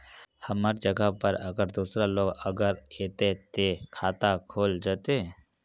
हमर जगह पर अगर दूसरा लोग अगर ऐते ते खाता खुल जते?